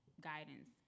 guidance